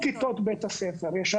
כל כיתות בית הספר.